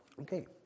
Okay